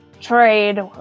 trade